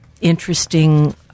interesting